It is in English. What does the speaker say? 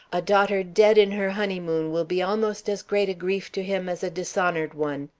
a daughter dead in her honeymoon will be almost as great a grief to him as a dishonored one.